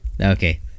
Okay